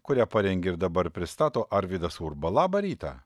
kurią parengė ir dabar pristato arvydas urba labą rytą